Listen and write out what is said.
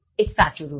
એ સાચું રુપ છે